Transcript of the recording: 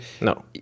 No